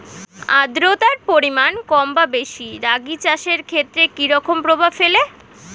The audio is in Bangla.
আদ্রতার পরিমাণ কম বা বেশি রাগী চাষের ক্ষেত্রে কি রকম প্রভাব ফেলে?